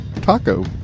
taco